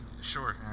Sure